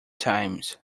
times